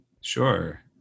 Sure